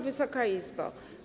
Wysoka Izbo!